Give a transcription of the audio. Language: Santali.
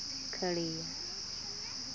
ᱠᱷᱟᱹᱲᱮᱭᱟ